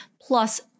plus